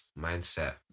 Mindset